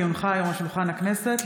כי הונחה היום על שולחן הכנסת,